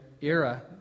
era